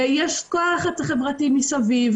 ויש את כל הלחץ החברתי מסביב,